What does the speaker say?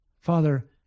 Father